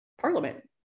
parliament